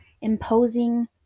imposing